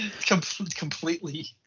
completely